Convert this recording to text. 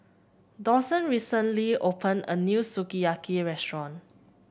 Dawson recently opened a new Sukiyaki Restaurant